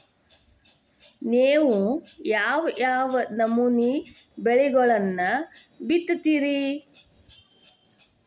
ನೇವು ಯಾವ್ ಯಾವ್ ನಮೂನಿ ಬೆಳಿಗೊಳನ್ನ ಬಿತ್ತತಿರಿ?